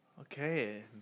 Okay